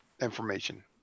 information